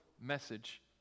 message